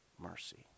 mercy